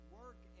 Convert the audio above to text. work